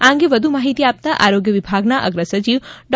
આ અંગે વધુ માહિતી આપતા આરોગ્ય વિભાગના અગ્ર સચિવ ડો